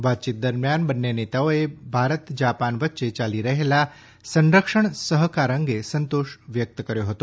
વાતચીત દરમ્યાન બંન્ને નેતાઓએ ભારત જાપાન વચ્ચે ચાલી રહેલા સંરક્ષણ સહકાર અંગે સંતોષ વ્યક્ત કર્યો હતો